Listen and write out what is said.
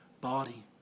body